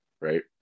right